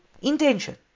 intention